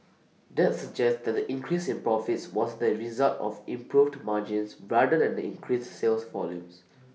that suggests that the increase in profits was the result of improved margins rather than increased sales volumes